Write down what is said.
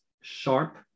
sharp